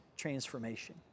Transformation